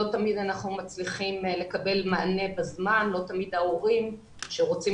לא תמיד אנחנו מצליחים לקבל מענה בזמן ולא תמיד ההורים יודעים והם רוצים